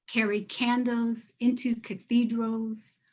carry candles into cathedrals,